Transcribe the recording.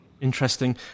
Interesting